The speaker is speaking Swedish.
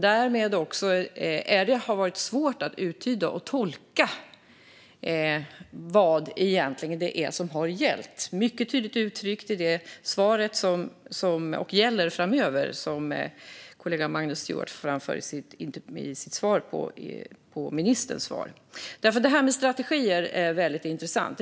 Däremot har det varit svårt att uttyda och tolka vad det egentligen är som har gällt, och det uttrycktes mycket tydligt i det som kollegan Magnus Stuart framförde i sitt svar på ministerns interpellationssvar. Detta med strategier är väldigt intressant.